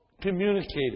communicated